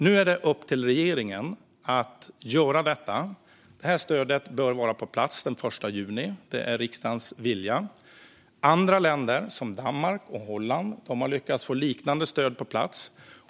Nu är det upp till regeringen att göra detta. Stödet bör vara på plats den 1 juni. Det är riksdagens vilja. Andra länder, som Danmark och Holland, har lyckats få liknande stöd på plats.